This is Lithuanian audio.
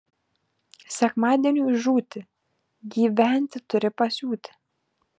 sekmadieniui žūti gyventi turi pasiūti